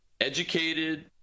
educated